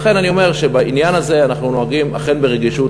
לכן אני אומר שבעניין הזה אנחנו נוהגים אכן ברגישות.